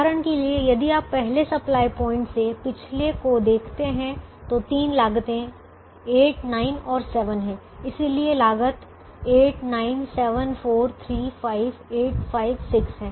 उदाहरण के लिए यदि आप पहले सप्लाई पॉइंट से पिछले को देखते हैं तो तीन लागतें 8 9 और 7 हैं इसलिए लागत 8 9 7 4 3 5 8 5 6 है